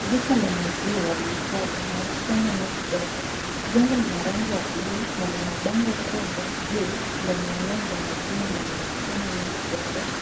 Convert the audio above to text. Duka la maziwa liitwalo Mount Kenya Milk Depot. Jengo lina rangi ya bluu na lina bango kubwa juu lenye nembo na jina la Mount Kenya Milk Depot.